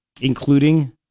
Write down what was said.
including